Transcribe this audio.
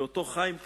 אל אותו חיימקה,